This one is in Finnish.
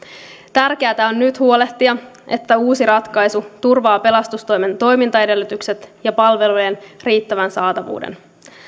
tärkeätä on nyt huolehtia että uusi ratkaisu turvaa pelastustoimen toimintaedellytykset ja palvelujen riittävän saatavuuden